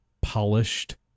polished